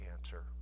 answer